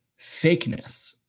fakeness